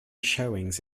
showings